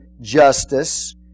justice